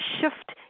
shift